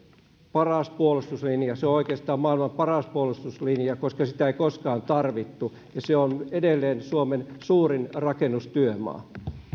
paras puolustuslinja se on oikeastaan maailman paras puolustuslinja koska sitä ei koskaan tarvittu se on edelleen suomen suurin rakennustyömaa ja